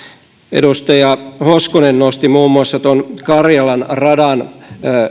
edustaja hoskonen nosti muun muassa tuon karjalan radan